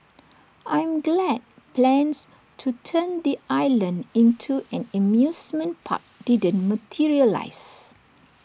I'm glad plans to turn the island into an amusement park didn't materialise